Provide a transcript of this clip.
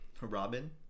Robin